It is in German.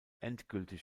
endgültig